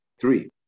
three